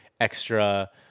extra